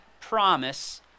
promise